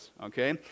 Okay